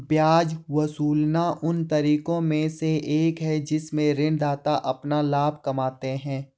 ब्याज वसूलना उन तरीकों में से एक है जिनसे ऋणदाता अपना लाभ कमाते हैं